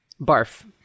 Barf